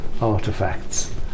artifacts